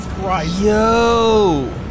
Yo